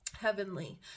Heavenly